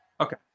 Okay